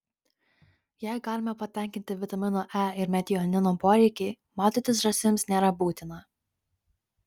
jei galime patenkinti vitamino e ir metionino poreikį maudytis žąsims nėra būtina